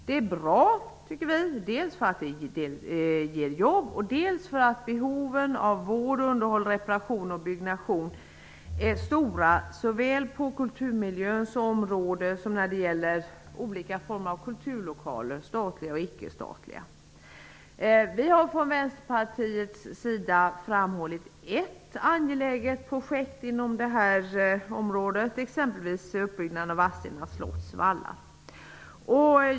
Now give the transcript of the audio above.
Vi tycker att det är bra dels för att det ger jobb, dels för att behoven av vård, underhåll och reparation av byggnation är stora, såväl på kulturmiljöns område som när det gäller olika kulturlokaler, statliga och icke statliga. Vi från Vänsterpartiet har framhållit ett angeläget projekt, nämligen uppbyggnaden av Vadstenas slotts vallar.